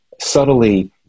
subtly